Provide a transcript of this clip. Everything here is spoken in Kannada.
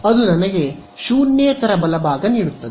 ಅದು ನನಗೆ ಶೂನ್ಯೇತರ ಬಲಭಾಗ ನೀಡುತ್ತದೆ